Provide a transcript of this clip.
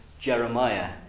Jeremiah